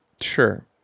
Sure